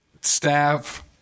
staff